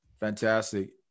Fantastic